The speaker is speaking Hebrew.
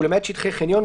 ולמעט שטחי חניון,